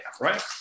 right